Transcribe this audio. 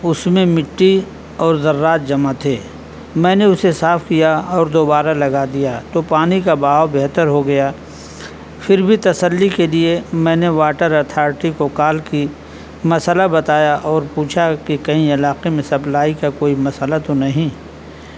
اس میں مٹی اور ذرات جمع تھے میں نے اسے صاف کیا اور دوبارہ لگا دیا تو پانی کا بہاؤ بہتر ہو گیا پھر بھی تسلی کے لیے میں نے واٹر اتھارٹی کو کال کی مسئلہ بتایا اور پوچھا کہ کہیں علاقے میں سپلائی کا کوئی مسئلہ تو نہیں